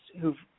who've